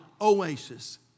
oasis